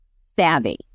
savvy